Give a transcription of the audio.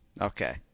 Okay